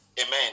Amen